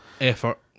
effort